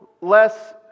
less